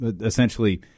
essentially